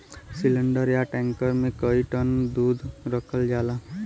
cylinder या tanker मे कई टन दूध रखल जाला